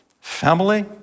Family